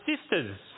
sisters